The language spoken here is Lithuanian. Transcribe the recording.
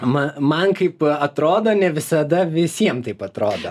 ma man kaip atrodo ne visada visiem taip atrodo